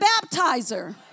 baptizer